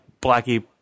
Blackie